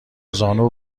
زانو